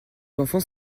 enfants